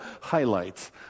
highlights